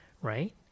right